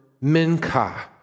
minka